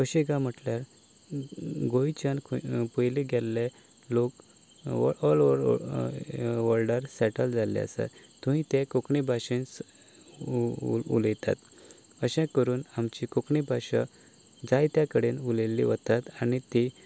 कशी काय म्हणल्यार गोंयच्यान खंय पयलीं गेल्ले लोक ओल ऑवर वल्डार सेटल जाल्ले आसात थंय ते कोंकणी भाशेंत उलयतात अशें करून आमची कोंकणी भाशा जायते कडेन उलयल्ली वता आनी ती